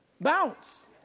bounce